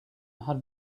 had